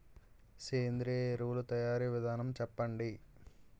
సేంద్రీయ ఎరువుల తయారీ విధానం చెప్పండి?